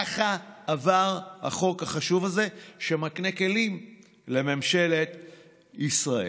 ככה עבר החוק החשוב הזה, שמקנה כלים לממשלת ישראל.